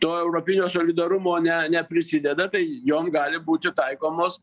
to europinio solidarumo ne neprisideda tai jom gali būti taikomos